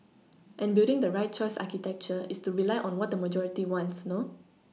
and building the right choice architecture is to rely on what the majority wants no